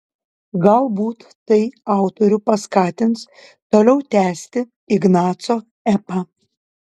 galbūt tai autorių paskatins toliau tęsti ignaco epą